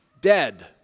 dead